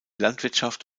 landwirtschaft